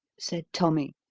said tommy,